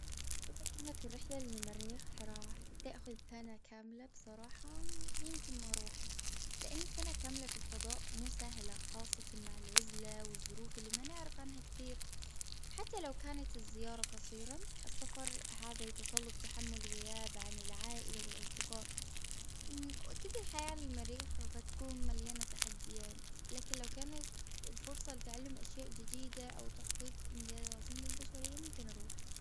إذا كانت الرحلة للمريخ فراح تأخذ سنة كاملة بصراحة يمكن ما أروح. لأن سنة كاملة في الفضاء مو سهلة خاصة مع العزلة والظروف اللي ما نعرف عنها كثير. حتى لو كانت الزيارة قصيرة. السفر هذا يتطلب تحمل غياب عن العائلة والأصدقاء وأكيد الحياة علي المريخ راح تكون مليانة تحديات. لكن لو كانت الفرصة لتعلم أشياء جديدة أو تحقيق إنجاز للبشرية ممكن أروح.